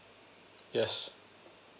yes